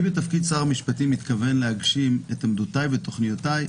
אני בתפקיד שר המשפטים מתכוון להגשים את עמדותיי ואת תוכניותיי,